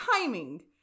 timing